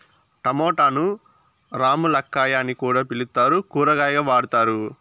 టమోటాను రామ్ములక్కాయ అని కూడా పిలుత్తారు, కూరగాయగా వాడతారు